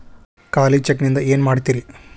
ಖಾಲಿ ಚೆಕ್ ನಿಂದ ಏನ ಮಾಡ್ತಿರೇ?